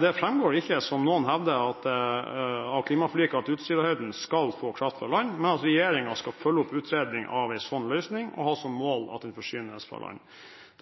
Det framgår ikke, som noen hevder, av klimaforliket at Utsirahøyden skal få kraft fra land, men at regjeringen skal følge opp utredning av en slik løsning og ha som mål at den forsynes fra land.